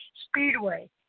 Speedway